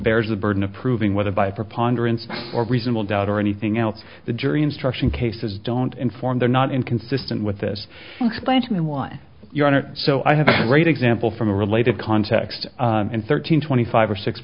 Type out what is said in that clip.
bears the burden of proving whether by a preponderance or reasonable doubt or anything else the jury instruction cases don't inform they're not inconsistent with this explain to me why so i have a great example from a related context and thirteen twenty five or six